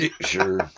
Sure